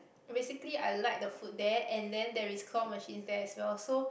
basically I like the food there and then there is claw machine there as well so